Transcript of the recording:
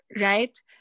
right